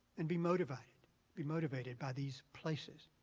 and be motivated be motivated by these places,